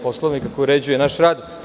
Poslovnika koji uređuje naš rad.